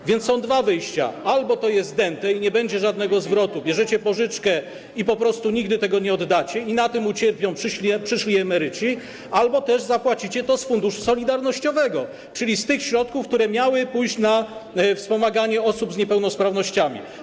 A więc są dwa wyjścia: albo to jest dęte i nie będzie żadnego zwrotu, bierzecie pożyczkę i po prostu nigdy tego nie oddacie i na tym ucierpią przyszli emeryci, albo też zapłacicie to z Funduszu Solidarnościowego, czyli z tych środków, które miały pójść na wspomaganie osób z niepełnosprawnościami.